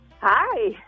Hi